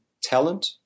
talent